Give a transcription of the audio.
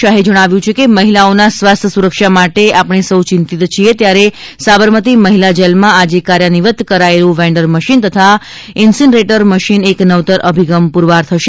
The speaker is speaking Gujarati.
શાહે જણાવ્યું છે કે મહિલાઓના સ્વાસ્થ્ય સુરક્ષા માટે આપણે સૌ ચિંતિત છીએ ત્યારે સાબરમતી મહિલા જેલમાં આજે કાર્યાન્વિત કરાયેલું વેન્ડર મશીન તથા ઇન્સીનરેટર મશીન એક નવતર અભિગમ પુરવાર થશે